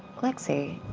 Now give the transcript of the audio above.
lexi,